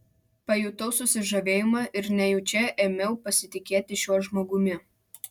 pajutau susižavėjimą ir nejučia ėmiau pasitikėti šiuo žmogumi